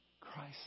Christ